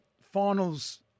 finals